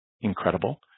incredible